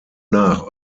nach